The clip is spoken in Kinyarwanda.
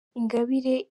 ingabire